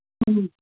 ಹ್ಞೂ